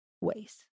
ways